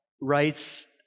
writes